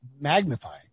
magnifying